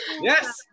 yes